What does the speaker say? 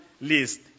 list